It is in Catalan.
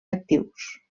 actius